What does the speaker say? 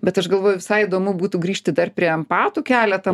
bet aš galvoju visai įdomu būtų grįžti dar prie empatų keletą